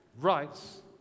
rights